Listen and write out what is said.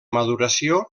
maduració